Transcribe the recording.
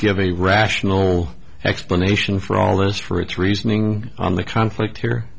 give a rational explanation for all this for its reasoning on the conflict here